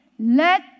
Let